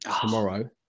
tomorrow